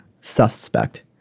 suspect